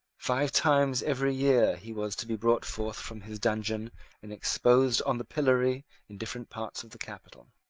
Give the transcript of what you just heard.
five times every year he was to be brought forth from his dungeon and exposed on the pillory in different parts of the capital.